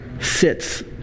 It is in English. sits